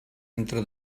entre